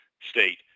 state